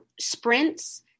sprints